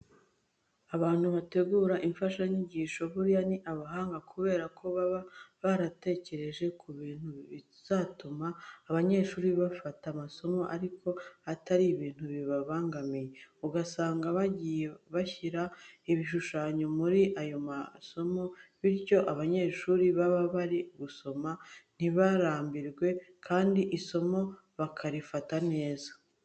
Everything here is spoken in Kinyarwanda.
Abantu bategura imfashanyigisho buriya ni abahanga kubera ko baba baratekereje ku bintu bizatuma abanyeshuri bafata amasomo ariko atari ibintu bibabangamiye, ugasanga bagiye bashyira ibishushanyo muri ayo masomo bityo abanyeshuri baba bari gusoma ntibarambwirwe kandi isomo bakarifata neza.